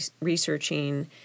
researching